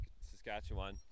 Saskatchewan